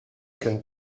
can